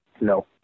No